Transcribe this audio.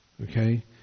Okay